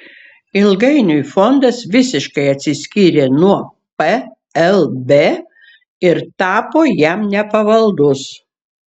ilgainiui fondas visiškai atsiskyrė nuo plb ir tapo jam nepavaldus